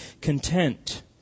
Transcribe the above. content